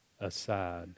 aside